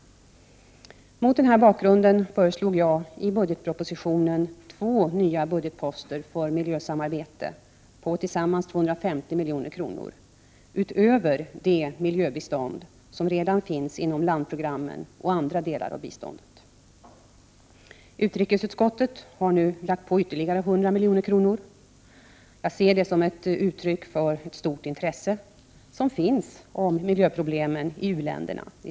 Mot denna bakgrund föreslog jag i budgetpropositionen två nya budgetposter för miljösamarbete, på tillsammans 250 milj.kr., utöver det miljöbistånd som redan finns inom landprogrammen och andra delar av biståndet. Utrikesutskottet har nu lagt på ytterligare 100 milj.kr. Jag ser detta som ett uttryck för det stora intresse som i dag finns för miljöproblemen i u-länderna.